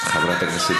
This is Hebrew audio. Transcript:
אתה שומע,